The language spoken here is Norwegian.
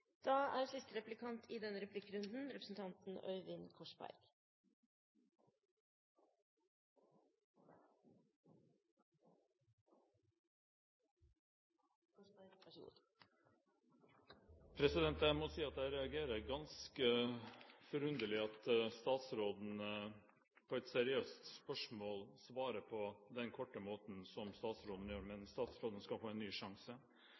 Jeg må si jeg synes det er ganske forunderlig at statsråden på et seriøst spørsmål svarte på den korte måten som hun gjorde. Men statsråden skal få en ny sjanse.